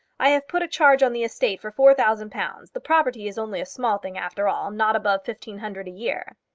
i have put a charge on the estate for four thousand pounds. the property is only a small thing, after all not above fifteen hundred a year.